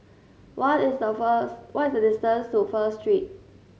what is the first what is the distance to First Street